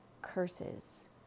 curses